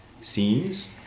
scenes